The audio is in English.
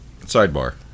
sidebar